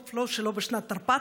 טוב שלא בשנת תרפ"ט,